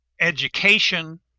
education